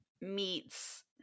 meets